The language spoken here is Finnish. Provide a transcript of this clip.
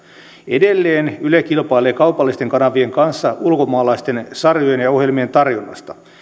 edelleen yle kilpailee kaupallisten kanavien kanssa ulkomaalaisten sarjojen ja ohjelmien tarjonnasta